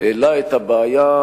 העלה את הנושא